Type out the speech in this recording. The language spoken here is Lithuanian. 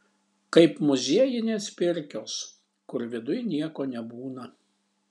kaip muziejinės pirkios kur viduj nieko nebūna